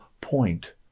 point